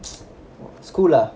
for school ah